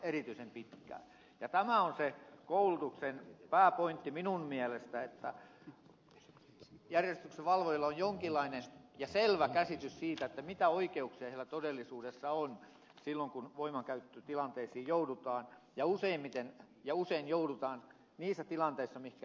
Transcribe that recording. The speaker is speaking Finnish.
tämä on se koulutuksen pääpointti minun mielestäni että järjestyksenvalvojilla on jonkinlainen ja selvä käsitys siitä mitä oikeuksia heillä todellisuudessa on silloin kun voimankäyttötilanteisiin joudutaan ja usein joudutaan niissä tilanteissa joihin ed